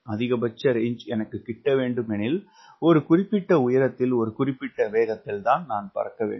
அதிகபட்ச ரேஞ்ச் எனக்கு கிட்டவேண்டும் எனில் ஒரு குறிப்பிட்ட உயரத்தில் ஒரு குறிப்பிட்ட வேகத்தில் தான் பறக்கவேண்டும்